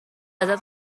ازت